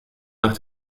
nach